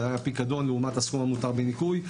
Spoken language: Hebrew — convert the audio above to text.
הפיקדון לעומת הסכום המותר בניכוי,